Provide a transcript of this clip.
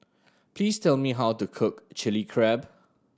please tell me how to cook Chilli Crab